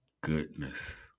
Goodness